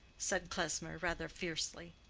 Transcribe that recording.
said klesmer, rather fiercely.